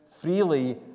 freely